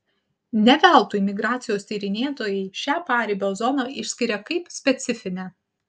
ne veltui migracijos tyrinėtojai šią paribio zoną išskiria kaip specifinę